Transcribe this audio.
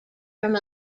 from